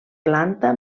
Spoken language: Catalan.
planta